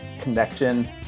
connection